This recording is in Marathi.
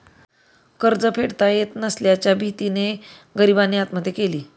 कर्ज फेडता येत नसल्याच्या भीतीने गरीबाने आत्महत्या केली